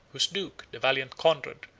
whose duke, the valiant conrad,